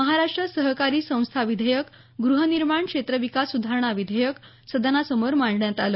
महाराष्ट्र सहकारी संस्था विधेयक गृहनिर्माण क्षेत्रविकास सुधारणा विधेयक सदनासमोर मांडण्यात आलं